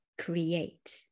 create